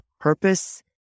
purpose